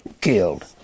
killed